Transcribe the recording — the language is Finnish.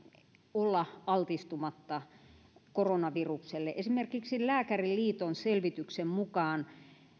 olla altistumatta koronavirukselle esimerkiksi lääkäriliiton selvityksen mukaan